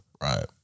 Right